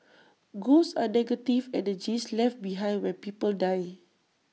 ghosts are negative energies left behind when people die